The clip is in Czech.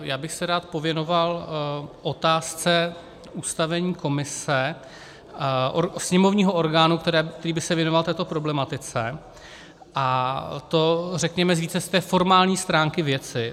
Já bych se rád pověnoval otázce ustavení komise, sněmovního orgánu, který by se věnoval této problematice, a to řekněme více z té formální stránky věci.